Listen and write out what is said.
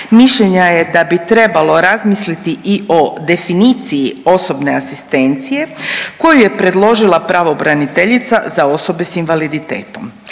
Mišljenja je da bi trebalo razmisliti i o definiciji osobne asistencije koju je predložila pravobraniteljica za osobe s invaliditetom.